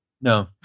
no